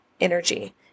energy